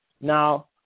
Now